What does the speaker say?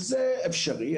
זה אפשרי.